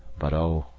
but oh!